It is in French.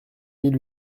mille